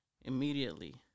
Immediately